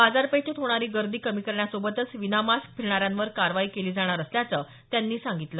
बाजारपेठेत होणारी गर्दी कमी करण्यासोबतच विनामास्क फिरणाऱ्यांवर कारवाई केली जाणार असल्याचं कलासागर यांनी सांगितलं